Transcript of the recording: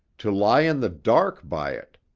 to lie in the dark by it!